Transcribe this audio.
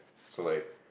so like